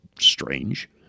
strange